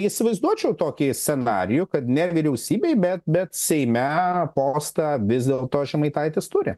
įsivaizduočiau tokį scenarijų kad ne vyriausybėj bet bet seime postą vis dėlto žemaitaitis turi